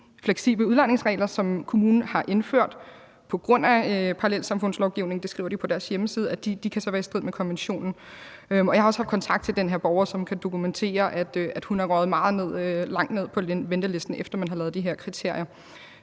fleksible udlejningsregler, som kommunen har indført på grund af parallelsamfundslovgivningen – det skriver de på deres hjemmeside – kan være i strid med konventionen. Jeg har også haft kontakt til den her borger, som kan dokumentere, at hun er røget meget langt ned på ventelisten, efter man har lavet